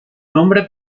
nombre